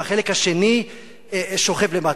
והחלק השני שוכב למטה.